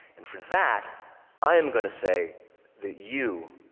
and for that i am going to say that you,